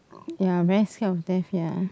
ya very scared of death ya